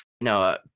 no